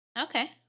okay